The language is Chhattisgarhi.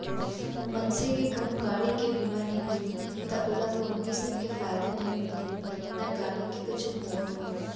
मनसे के कहूँ गाड़ी के बीमा नइ होही त ओला कोनो किसम के फायदा नइ मिलय ना गाड़ी के कुछु होवब म